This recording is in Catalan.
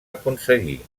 aconseguir